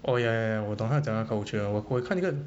oh ya ya ya 我懂他讲 culture 我看一个